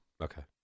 Okay